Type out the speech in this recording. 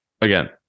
Again